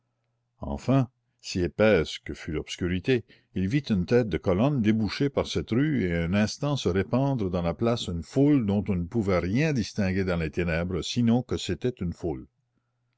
enfin si épaisse que fût l'obscurité il vit une tête de colonne déboucher par cette rue et en un instant se répandre dans la place une foule dont on ne pouvait rien distinguer dans les ténèbres sinon que c'était une foule